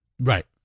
Right